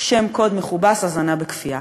שם קוד מכובס: הזנה בכפייה.